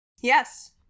Yes